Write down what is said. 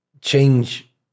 change